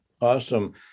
awesome